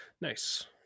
nice